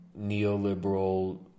neoliberal